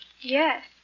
Yes